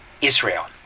Israel